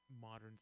modern